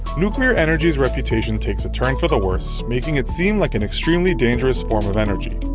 nuclear energy's reputation takes a turn for the worse, making it seem like an extremely dangerous form of energy.